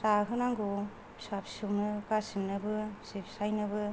जाहोनांगौ फिसा फिसौनो गासैनोबो बिसि फिसायनोबो